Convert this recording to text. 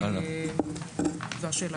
לא כל כך